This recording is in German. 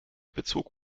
bezog